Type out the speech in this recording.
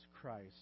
Christ